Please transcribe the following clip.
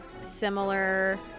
similar